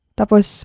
tapos